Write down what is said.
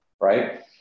right